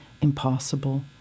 impossible